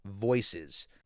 Voices